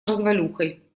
развалюхой